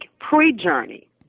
pre-journey